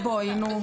מוקצה להם,